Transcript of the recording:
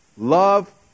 Love